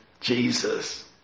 Jesus